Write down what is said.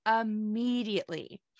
immediately